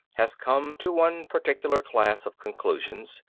has come to one particular class of conclusions,